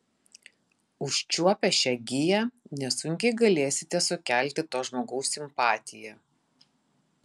užčiuopę šią giją nesunkiai galėsite sukelti to žmogaus simpatiją